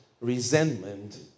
resentment